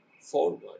forward